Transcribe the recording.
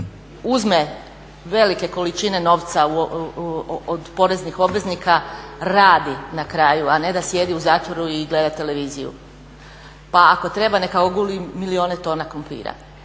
uzme velike količine novca od poreznih obveznika radi na kraju, a ne da sjedi u zatvoru i gleda televiziju. Pa ako treba neka oguli milijune tona krumpira,